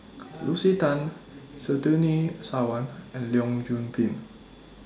Lucy Tan Surtini Sarwan and Leong Yoon Pin